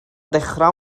dechrau